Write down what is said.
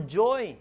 joy